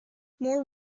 more